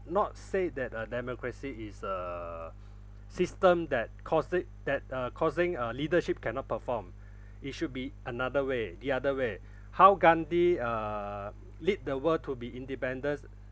not say that a democracy is uh system that cause it that uh causing a leadership cannot perform it should be another way the other way how gandhi uh lead the world to be independence